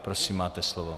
Prosím máte slovo.